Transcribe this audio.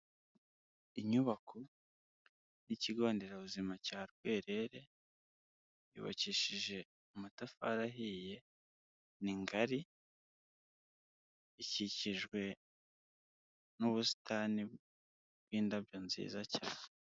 Inyubako y'ikigo nderabuzima cya Rwerere yubakishije amatafari ahiye ni ngari ikikijwe n'ubusitani bw'indabyo nziza cyane.